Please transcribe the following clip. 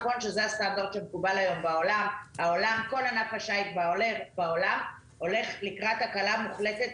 כל ענף השיט בעולם הולך לקראת הקלה מוחלטת